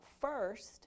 first